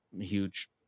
huge